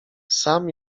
sam